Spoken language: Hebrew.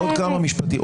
עוד כמה משפטים.